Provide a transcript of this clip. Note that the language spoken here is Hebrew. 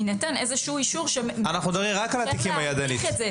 יינתן איזשהו אישור שמאפשר להאריך את זה,